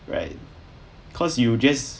right cause you just